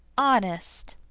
honest!